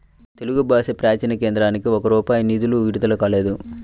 తెలుగు భాషా ప్రాచీన కేంద్రానికి ఒక్క రూపాయి నిధులు విడుదల కాలేదు